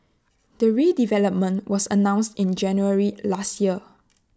the redevelopment was announced in January last year